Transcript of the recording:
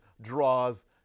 draws